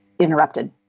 interrupted